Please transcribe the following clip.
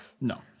No